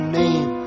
name